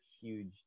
huge